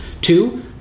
Two